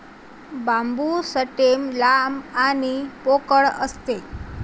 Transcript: बांबू stem लांब आणि पोकळ असते